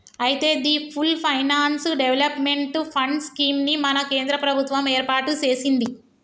అయితే the full finance development fund scheme ని మన కేంద్ర ప్రభుత్వం ఏర్పాటు సెసింది